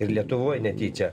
ir lietuvoj netyčia